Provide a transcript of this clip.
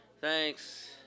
thanks